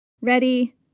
Ready